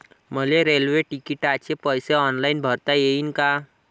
मले रेल्वे तिकिटाचे पैसे ऑनलाईन भरता येईन का?